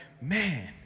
man